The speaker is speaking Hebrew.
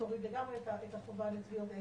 תוריד לגמרי את החובה לטביעות אצבע.